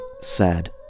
sad